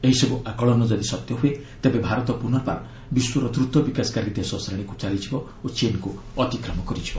ଏହିସବୁ ଆକଳନ ଯଦି ସତ୍ୟ ହୁଏ ତେବେ ଭାରତ ପୁନର୍ବାର ବିଶ୍ୱର ଦ୍ରୁତ ବିକାଶକାରୀ ଦେଶ ଶ୍ରେଣୀକୁ ଚାଲିଯିବ ଓ ଚୀନ୍କୁ ଅତିକ୍ରମ କରିଯିବ